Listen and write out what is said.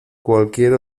cualquier